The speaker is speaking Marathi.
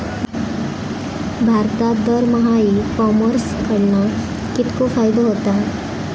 भारतात दरमहा ई कॉमर्स कडणा कितको फायदो होता?